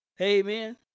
Amen